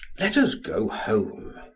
let us go home.